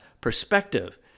perspective